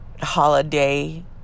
holiday